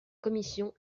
commission